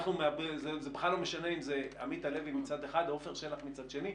זה בכלל לא משנה אם זה עמית הלוי מצד אחד או עפר שלח מצד שני,